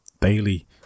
daily